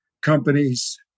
companies